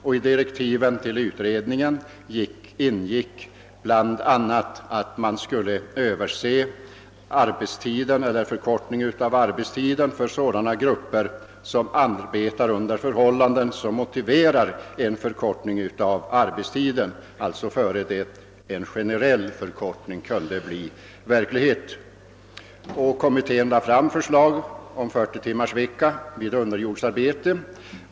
Enligt direktiven skulle utredningen lägga fram förslag om en förkortning av arbetstiden för grupper som arbetade under sådana förhållanden att det motiverade en förkortning av arbetstiden redan innan en generell arbetstidsförkortning kunde bli verklighet. Kommittén lade fram ett förslag om 40 timmars arbetsvecka vid underjordsarbete.